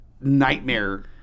nightmare